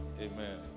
Amen